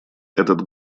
этот